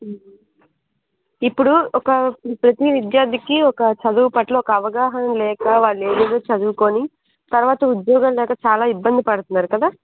ఇప్పుడు ఒక ప్రతీ విద్యార్ధికి ఒక చదువు పట్ల ఒక అవగాహన లేక వాళ్ళు ఏవేవో చదువుకుని తర్వాత ఉద్యోగాలు లేక చాలా ఇబ్బంది పడుతున్నారు కదా